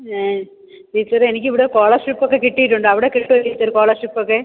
ഞാൻ ടീച്ചറേ എനിക്കിവിടെ സ്കോളർഷിപ്പൊക്കെ കിട്ടീട്ടുണ്ട് അവിടെ കിട്ടുമോ ടീച്ചർ സ്കോളർഷിപ്പൊക്കെ